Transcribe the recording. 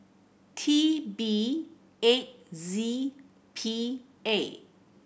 T B eight Z P A